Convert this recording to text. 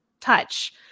touch